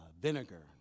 vinegar